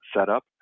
setup